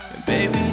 baby